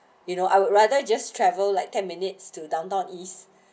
you know I would rather just travel like ten minutes to downtown east